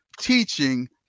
teaching